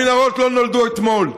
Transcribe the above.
המנהרות לא נולדו אתמול.